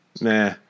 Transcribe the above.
nah